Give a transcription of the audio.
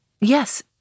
Yes